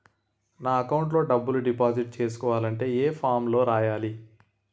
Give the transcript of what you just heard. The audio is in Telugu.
నా అకౌంట్ లో డబ్బులు డిపాజిట్ చేసుకోవాలంటే ఏ ఫామ్ లో రాయాలి?